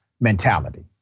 mentality